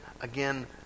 again